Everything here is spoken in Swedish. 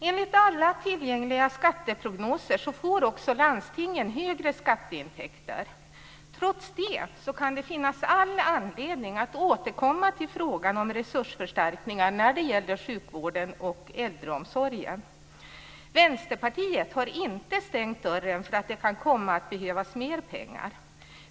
Enligt alla tillgängliga skatteprognoser får också landstingen högre skatteintäkter. Trots det kan det finnas all anledning att återkomma till frågan om resursförstärkningar när det gäller sjukvården och äldreomsorgen. Vänsterpartiet har inte stängt dörren för att det kan komma att behövas mer pengar.